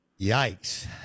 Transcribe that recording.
Yikes